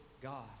God